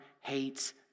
hates